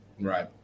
Right